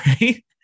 right